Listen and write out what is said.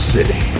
City